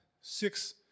six